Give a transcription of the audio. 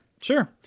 sure